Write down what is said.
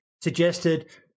suggested